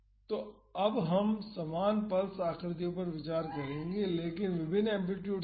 तो अब हम समान पल्स आकृतियों पर विचार करेंगे लेकिन विभिन्न एम्पलीटुडस के साथ